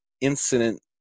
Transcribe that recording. incident